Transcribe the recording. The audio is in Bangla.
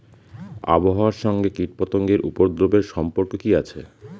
আবহাওয়ার সঙ্গে কীটপতঙ্গের উপদ্রব এর সম্পর্ক কি আছে?